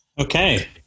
Okay